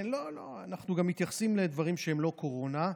לא, לא, אנחנו מתייחסים גם לדברים שהם לא קורונה.